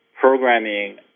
programming